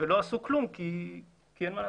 ולא עשו כלום כי אין מה לעשות.